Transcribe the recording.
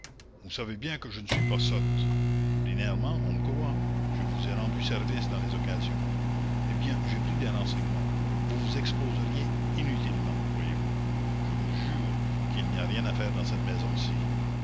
vous savez bien que je ne suis pas sotte ordinairement on me croit je vous ai rendu service dans les occasions eh bien j'ai pris des renseignements vous vous exposeriez inutilement voyez-vous je vous jure qu'il n'y a rien à faire dans cette maison-ci